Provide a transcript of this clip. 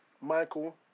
Michael